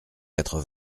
quatre